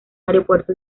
aeropuerto